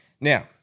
Now